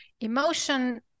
emotion